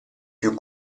più